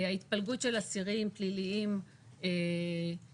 ההתפלגות של אסירים פליליים יהודים